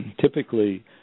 Typically